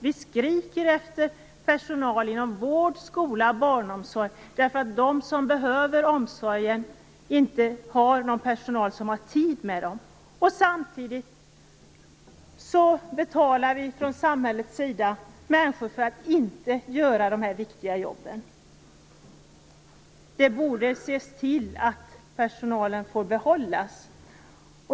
Vi skriker efter personal inom vård, skola och barnomsorg därför att de som behöver omsorgen inte har personal som har tid med dem. Samtidigt betalar vi från samhällets sida människor för att inte göra de här viktiga jobben. Man borde se till att personalen får behållas.